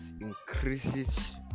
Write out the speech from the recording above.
increases